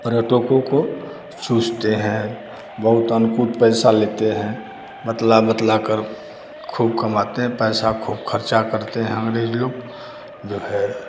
पर्यटकों को चूसते हैं बहुत अनुकूत पैसा लेते हैं बतला बतलाकर खूब कमाते हैं पैसा खूब खर्चा करते हैं अँग्रेज लोग जो है